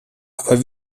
aber